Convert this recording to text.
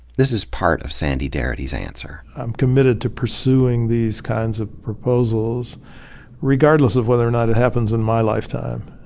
this is part of sandy darity's answer. i'm committed to pursuing these kinds of proposals regardless of whether or not it happens in my lifetime.